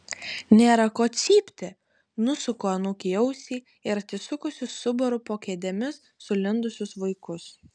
nėra ko cypti nusuku anūkei ausį ir atsisukusi subaru po kėdėmis sulindusius vaikus